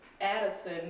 Addison